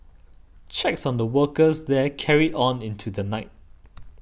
checks on the workers there carried on into the night